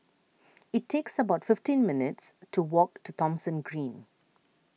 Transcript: it's about fifteen minutes' walk to Thomson Green